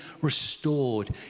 restored